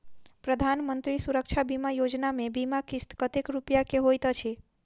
प्रधानमंत्री सुरक्षा बीमा योजना मे बीमा किस्त कतेक रूपया केँ होइत अछि?